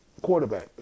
quarterback